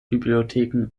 bibliotheken